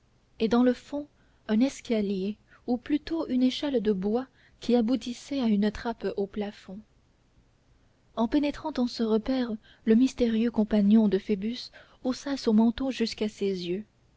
et dans le fond un escalier ou plutôt une échelle de bois qui aboutissait à une trappe au plafond en pénétrant dans ce repaire le mystérieux compagnon de phoebus haussa son manteau jusqu'à ses yeux